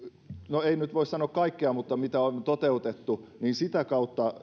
no ei nyt voi sanoa että kaikki mutta sitä kautta mitä on toteutettu